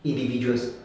individuals